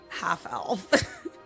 half-elf